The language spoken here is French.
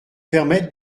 permettre